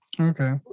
Okay